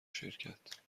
شرکت